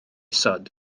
isod